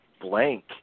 blank